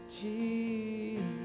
Jesus